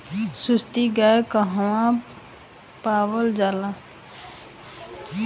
सुरती गाय कहवा पावल जाला?